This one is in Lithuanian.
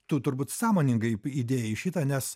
tu turbūt sąmoningai įdėjai šitą nes